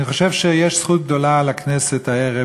אני חושב שיש זכות גדולה לכנסת הערב,